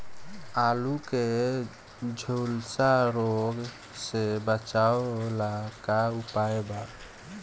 आलू के झुलसा रोग से बचाव ला का उपाय बा?